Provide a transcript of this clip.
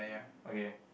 okay